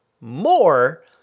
more